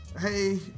hey